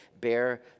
bear